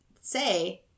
say